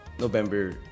November